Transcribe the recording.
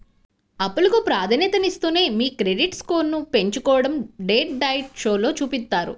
అప్పులకు ప్రాధాన్యతనిస్తూనే మీ క్రెడిట్ స్కోర్ను పెంచుకోడం డెట్ డైట్ షోలో చూపిత్తారు